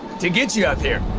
to get you up here.